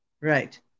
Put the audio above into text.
Right